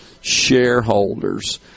shareholders